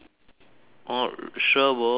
oh sure bo